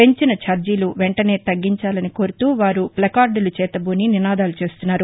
పెంచిన ఛార్జీలు వెంటనే తగ్గించాలని కోరుతూ వారు ప్లేకార్దులు చేతబూని నినాదాలు చేస్తున్నారు